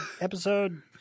episode